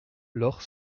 lorp